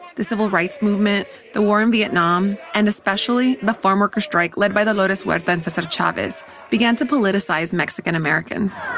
the civil rights movement, the war in vietnam and especially the farmworker strike led by dolores huerta and cesar so sort of chavez began to politicize mexican-americans